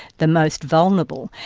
the most vulnerable,